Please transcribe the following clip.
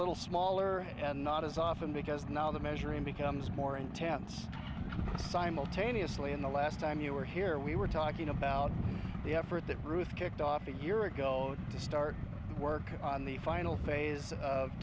little smaller and not as often because now the measuring becomes more intense simultaneously in the last time you were here we were talking about the effort that ruth kicked off a year ago to start work on the final phase of